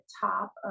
top